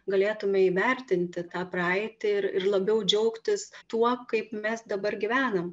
galėtume įvertinti tą praeitį ir ir labiau džiaugtis tuo kaip mes dabar gyvenam